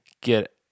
get